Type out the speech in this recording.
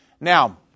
Now